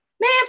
Man